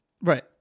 Right